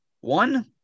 One